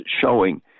showing